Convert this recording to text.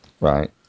right